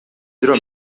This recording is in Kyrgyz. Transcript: жүрөм